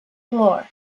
floor